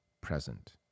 present